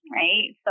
right